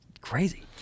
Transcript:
crazy